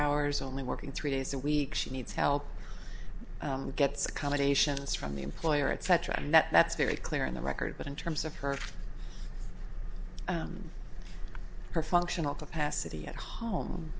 hours only working three days a week she needs help gets accommodations from the employer etc and that's very clear in the record but in terms of her her functional capacity at home